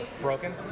broken